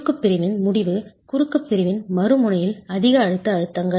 குறுக்கு பிரிவின் முடிவு குறுக்கு பிரிவின் மறுமுனையில் அதிக அழுத்த அழுத்தங்கள்